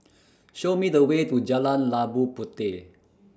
Show Me The Way to Jalan Labu Puteh